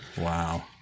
Wow